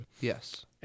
Yes